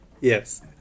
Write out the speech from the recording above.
Yes